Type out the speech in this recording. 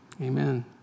amen